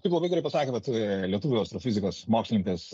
taip labai gerai pasakė vat lietuvių astrofizikos mokslininkas